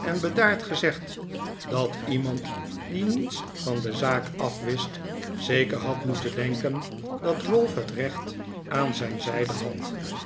en bedaard gezegd dat iemand die niets van de zaak af wist zeker had moeten denken dat ralph het recht aan zijn zijde had